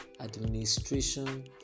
administration